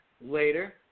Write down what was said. later